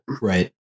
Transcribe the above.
right